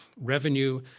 revenue